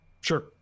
sure